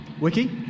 Wiki